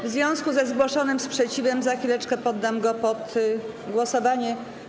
W związku ze zgłoszonym sprzeciwem za chwileczkę poddam go pod głosowanie.